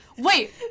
Wait